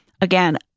again